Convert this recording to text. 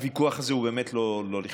הוויכוח הזה הוא באמת לא לכבודנו.